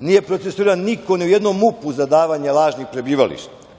Nije procesuiran niko ni u jednom MUP-u za davanje lažnih prebivališta.